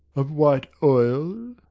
of white oil?